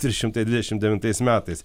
trys šimtai dvidešim devintais metais